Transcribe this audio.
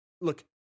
Look